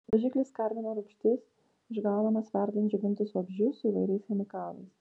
dažiklis karmino rūgštis išgaunamas verdant džiovintus vabzdžius su įvairiais chemikalais